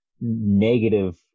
negative